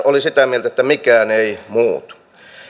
oli sitä mieltä että mikään ei muutu